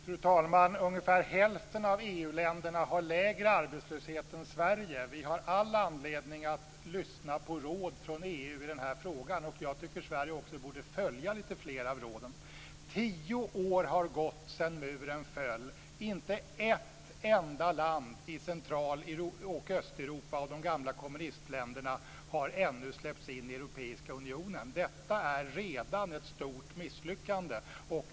Fru talman! Ungefär hälften av EU-länderna har lägre arbetslöshet än Sverige. Vi har all anledning att lyssna på råd från EU i denna fråga. Jag tycker att Sverige också borde följa lite fler av råden. Tio år har gått sedan muren föll. Inte ett enda av de gamla kommunistländerna i Central och Östeuropa har ännu släppts in i Europeiska unionen. Detta är redan ett stort misslyckande.